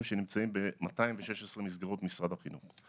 שנמצאים ב-216 מסגרות משרד החינוך.